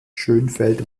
schönfeld